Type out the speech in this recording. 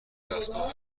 دستگاه